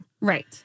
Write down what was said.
right